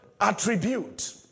attribute